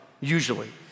usually